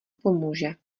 pomůže